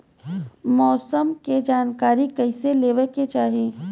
मौसम के जानकारी कईसे लेवे के चाही?